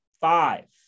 five